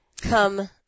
come